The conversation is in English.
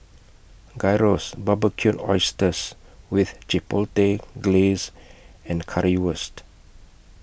Gyros Barbecued Oysters with Chipotle Glaze and Currywurst